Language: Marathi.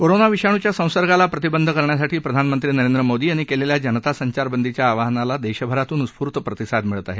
कोरोना विषाणूच्या संसर्गाला प्रतिबंध करण्यासाठी प्रधानमंत्री नरेंद्र मोदी यांनी केलेल्या जनता संचारबंदीच्या आवाहनाला देशभरातून उत्स्फूर्त प्रतिसाद मिळत आहे